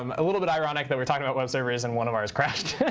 um a little bit ironic that we're talking about web servers and one of ours crashed,